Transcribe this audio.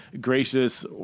gracious